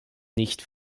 nicht